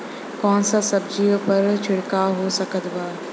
कौन सा सब्जियों पर छिड़काव हो सकत बा?